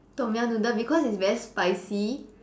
Tom-Yum noodles because it's very spicy